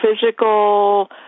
physical